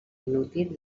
inútil